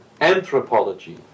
anthropology